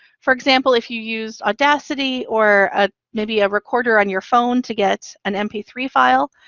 for example, if you use audacity or ah maybe a recorder on your phone to get an m p three file,